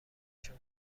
شون